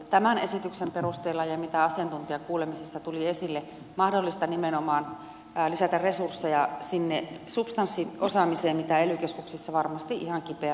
tämän esityksen perusteella ja sen mitä asiantuntijakuulemisissa tuli esille on mahdollista nimenomaan lisätä resursseja sinne substanssiosaamiseen mitä ely keskuksissa varmasti ihan kipeästi tarvitaan